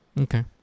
Okay